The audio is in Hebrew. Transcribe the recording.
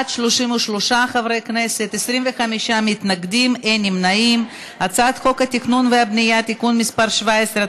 ההצעה להעביר את הצעת חוק התכנון והבנייה (תיקון מס' 117),